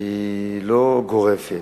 היא לא גורפת,